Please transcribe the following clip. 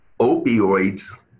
opioids